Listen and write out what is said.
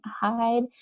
hide